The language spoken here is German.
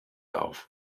auf